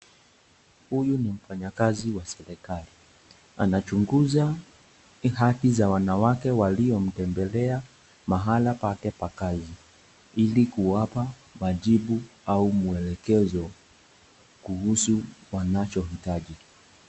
Huyu ni mfanyakazi wa serikali, anachunguza kadi za wanawake waliotembelea mahala pake pa kazi hili kuwapa majibu au muelekezo kuhusu wanachokihitaji.